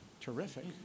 terrific